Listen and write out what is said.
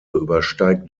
übersteigt